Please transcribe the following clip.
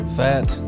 fat